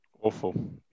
awful